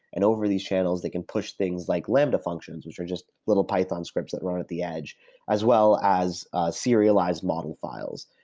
and over these channels they can push things like lambda functions, which are just little python scripts that run at the edge as well as serialized model files.